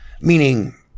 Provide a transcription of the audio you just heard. Meaning